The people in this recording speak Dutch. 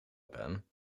pen